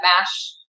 MASH